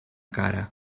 cara